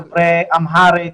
דוברי אמהרית,